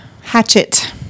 Hatchet